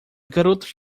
garotas